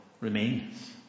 remains